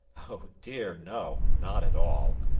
oh, dear, no! not at all.